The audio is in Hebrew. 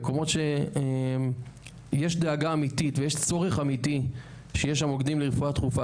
מקומות שיש דאגה אמיתית ויש צורך אמיתי שיהיו שם מוקדים לרפואה דחופה.